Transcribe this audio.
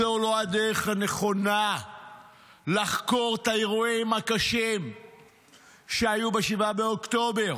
זו לא הדרך הנכונה לחקור את האירועים הקשים שהיו ב-7 באוקטובר,